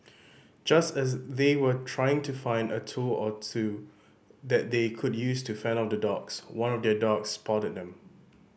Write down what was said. just as they were trying to find a tool or two that they could use to fend off the dogs one of their dogs spotted them